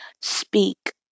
speak